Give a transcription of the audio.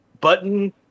button